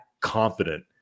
confident